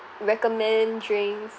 recommend drinks